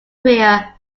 career